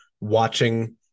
watching